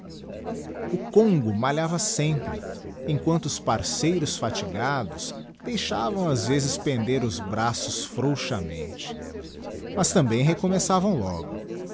o congo malhava senípre erifqjianto os parçíeu ros fatigados deixavam ás vezes prender os braços frouxamente mas também reçíomeçâvam logo